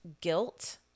guilt